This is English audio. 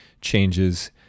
changes